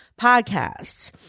podcasts